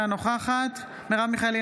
אינה נוכחת מרב מיכאלי,